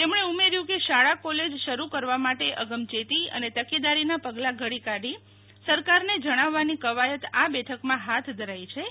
તેમણે ઉમેર્યું કે શાળા કોલેજ શરૂ કરવા માટે અગમયેતી અને તકેદારીના પગલાં ધડી કાઢી સરકારને જણાવવાની કવાયત આ બેઠકમાં હાથ ધરાઇ છે